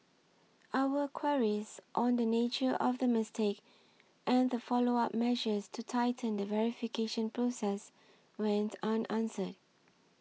our queries on the nature of the mistake and the follow up measures to tighten the verification process went unanswered